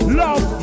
love